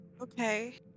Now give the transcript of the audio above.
Okay